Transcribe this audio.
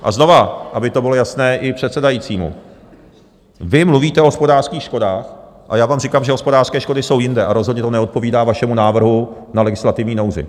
A znovu, aby to bylo jasné i předsedajícímu, vy mluvíte o hospodářských škodách a já vám říkám, že hospodářské škody jsou jinde a rozhodně to neodpovídá vašemu návrhu na legislativní nouzi.